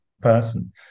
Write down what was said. person